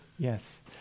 Yes